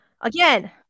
again